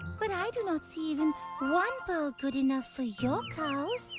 but i do not see even one pearl good enough for your cows.